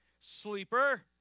sleeper